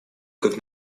как